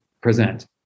present